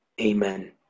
Amen